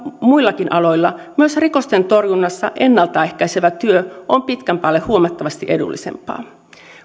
muillakin aloilla myös rikosten torjunnassa ennalta ehkäisevä työ on pitkän päälle huomattavasti edullisempaa